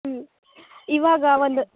ಹ್ಞೂ ಇವಾಗ ಒಂದು